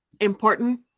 Important